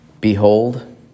behold